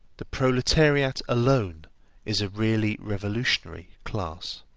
the proletariat alone is a really revolutionary class.